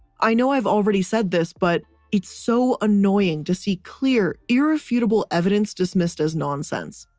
i know i've already said this, but it's so annoying to see clear irrefutable evidence dismissed as nonsense.